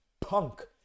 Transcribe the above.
punk